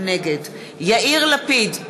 נגד יאיר לפיד,